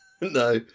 No